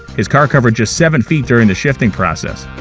his car covered just seven feet during the shifting process.